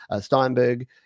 steinberg